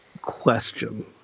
question